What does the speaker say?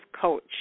coach